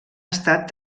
estat